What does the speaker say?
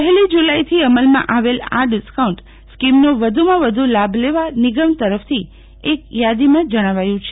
પહેલી જુલાઈથી અમલમાં આવેલ આ ડિસ્કાઉન્ટ સ્કીમનો વધુમાં વધુ લાભ લેવા નિગમ તરફથી એક યાદીમાં જણાવાયું છે